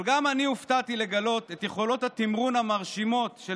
אבל גם הופתעתי לגלות את יכולות התמרון המרשימות של